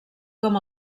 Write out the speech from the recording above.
com